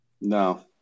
no